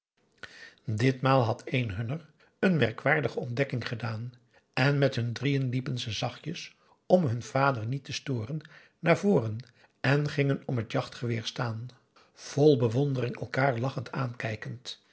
ditmaal had een hunner een merkwaardige ontdekking gedaan en met hun drieën liepen ze zachtjes om hun vader niet te storen naar voren en gingen om het jachtgeweer staan vol bewondering elkaar lachend aankijkend